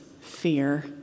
fear